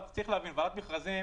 צריך להבין שוועדת מכרזים